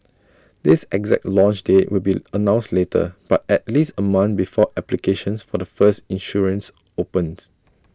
this exact launch date will be announced later but at least A month before applications for the first insurance opens